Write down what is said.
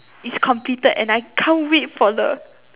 it's completed and I can't wait for the